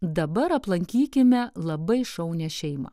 dabar aplankykime labai šaunią šeimą